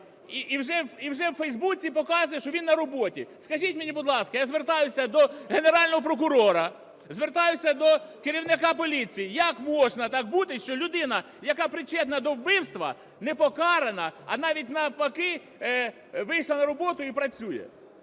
і вже у Фейсбуці показує, що він на роботі. Скажіть мені, будь ласка, я звертаюся до Генерального прокурора, звертаюся до керівника поліції: як може так бути, що людина, яка причетна до вбивства, не покарана, а навіть навпаки вийшла на роботу і працює?